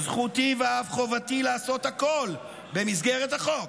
זכותי ואף חובתי לעשות הכול, במסגרת החוק,